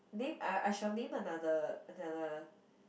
name I I shall name another another